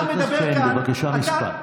אתה מדבר כאן, חבר הכנסת שיין, בבקשה, משפט.